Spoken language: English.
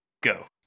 Go